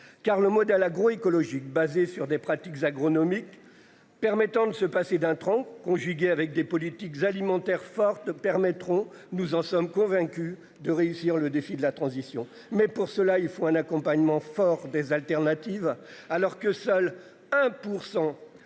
Car le modèle agro-écologique basée sur des pratiques agronomiques permettant de se passer d'un conjugué avec des politiques alimentaires forte permettront, nous en sommes convaincus de réussir le défi de la transition. Mais pour cela il faut un accompagnement fort des alternatives alors que seul 1%